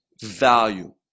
value